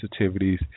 sensitivities